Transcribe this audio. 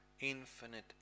infinite